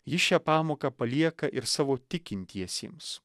jis šią pamoką palieka ir savo tikintiesiems